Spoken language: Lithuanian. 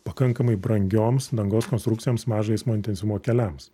pakankamai brangioms dangos konstrukcijoms mažo eismo intensyvumo keliams